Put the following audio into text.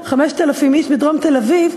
5,000 איש מדרום תל-אביב,